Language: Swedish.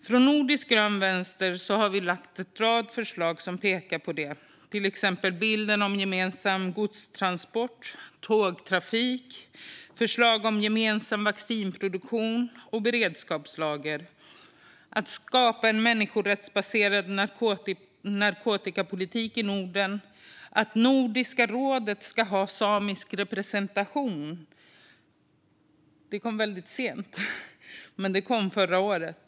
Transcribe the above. Från Nordisk grön vänster har vi lagt fram en rad förslag som pekar på det. De handlar till exempel om gemensam godstransport och tågtrafik, gemensam vaccinproduktion och beredskapslager, att skapa en människorättsbaserad narkotikapolitik i Norden och att Nordiska rådet ska ha samisk representation; detta kom väldigt sent, men det kom förra året.